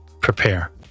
prepare